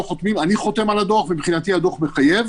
חותמים אני חותם על הדוח ומבחינתי הוא מחייב.